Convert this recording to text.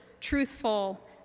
truthful